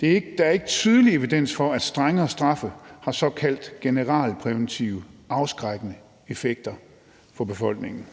»Der er ikke tydelig evidens for, at strengere straffe har såkaldte generalpræventive, afskrækkende effekter over for befolkningen.«